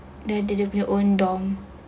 dia ada dia punya own dorm